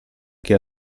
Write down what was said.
che